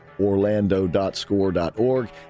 Orlando.score.org